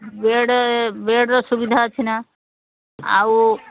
bed ବେଡ୍ର ସୁବିଧା ଅଛି ନା ଆଉ